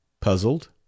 Puzzled